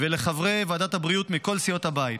ולחברי ועדת הבריאות מכל סיעות הבית.